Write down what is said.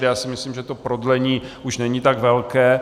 Já si myslím, že to prodlení už není tak velké.